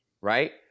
right